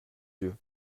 yeux